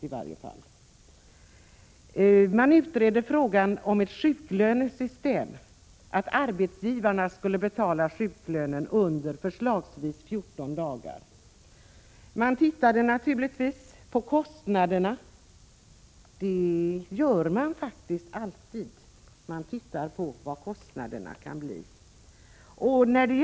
Frågan om ett sjuklönesystem utreddes, och ett förslag var att arbetsgivarna skulle betala sjuklönen under förslagsvis 14 dagar. Man utredde naturligtvis hur stora kostnaderna skulle bli, något som faktiskt alltid görs i dessa sammanhang.